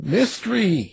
Mystery